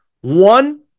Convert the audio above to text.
One